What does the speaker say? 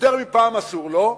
יותר מפעם אסור לו,